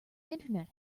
internet